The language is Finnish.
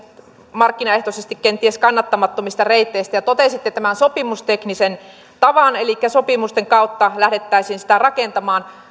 markkinaehtoisesti kenties kannattamattomista reiteistä ja totesitte tämän sopimusteknisen tavan elikkä sopimusten kautta lähdettäisiin sitä rakentamaan